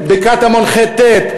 בקטמון ח'-ט',